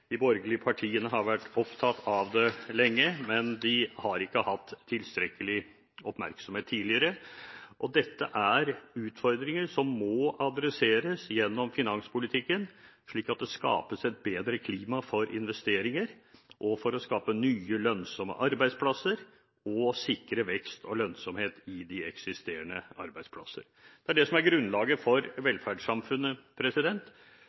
De borgerlige partiene har vært opptatt av dem lenge, men de har ikke hatt tilstrekkelig oppmerksomhet tidligere. Dette er utfordringer som må adresseres gjennom finanspolitikken, slik at det skapes et bedre klima for investeringer og for å skape nye lønnsomme arbeidsplasser og sikre vekst og lønnsomhet i eksisterende arbeidsplasser. Det er det som er grunnlaget for